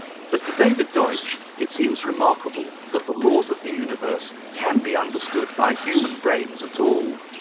but to david deutsch it seems remarkable that the laws of the universe can be understood by human brains at all.